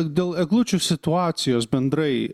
dėl eglučių situacijos bendrai